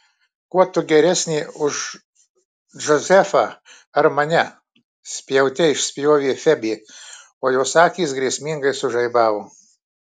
kuo tu geresnė už džozefą ar mane spjaute išspjovė febė o jos akys grėsmingai sužaibavo